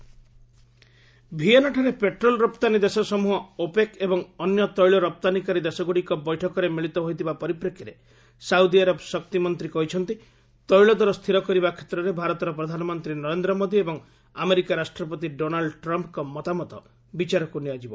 OPEC meet ଭିଏନାଠାରେ petrol ରପ୍ତାନୀ ଦେଶ ସମ୍ବହ ଓପେକ୍ ଏବଂ ଅନ୍ୟ ତୈଳ ରପ୍ତାନୀକାରୀ ଦେଶଗୁଡ଼ିକ ବୈଠକରେ ମିଳିତ ହୋଇଥିବା ପରିପ୍ରେକ୍ଷୀରେ ସାଉଦିଆରବ ଶକ୍ତିମନ୍ତ୍ରୀ କହିଛନ୍ତି ତୈଳ ଦର ସ୍ଥିର କରିବା କ୍ଷେତ୍ରରେ ଭାରତର ପ୍ରଧାନମନ୍ତ୍ରୀ ନରେନ୍ଦ୍ର ମୋଦି ଏବଂ ଆମେରିକା ରାଷ୍ଟ୍ରପତି ଡୋନାଲୁ ଟ୍ରମ୍ପ୍ଙ୍କ ମତାମତ ବିଚାରକୁ ନିଆଯିବ